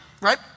right